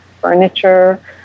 furniture